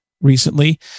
recently